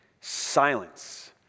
Silence